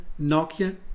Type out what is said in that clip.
Nokia